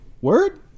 Word